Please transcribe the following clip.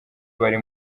bari